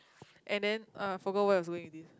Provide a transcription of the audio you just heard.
and then uh I forgot what was doing with this